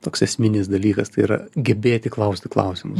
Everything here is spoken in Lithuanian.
toks esminis dalykas tai yra gebėti klausti klausimus